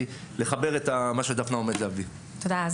תודה.